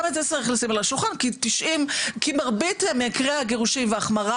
גם את זה צריך לשים על השולחן כי מרבית ממקרי הגירושין והחמרת